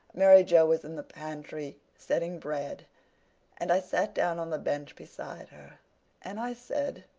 mary joe was in the pantry setting bread and i sat down on the bench beside her and i said,